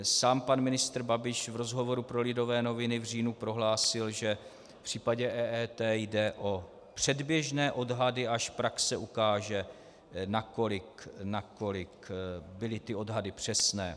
Sám pan ministr Babiš v rozhovoru pro Lidové noviny v říjnu prohlásil, že v případě EET jde o předběžné odhady až praxe ukáže, nakolik byly ty odhady přesné.